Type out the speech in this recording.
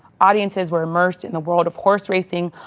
audiences were immersed in the world of horse racing,